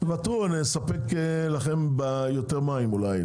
תוותרו, נספק לכם יותר מים, אולי.